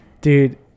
dude